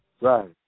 Right